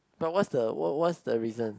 but what's the what what's the reason